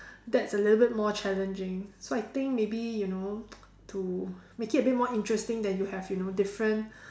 that's a little bit more challenging so I think maybe you know to make it a bit more interesting that you have you know different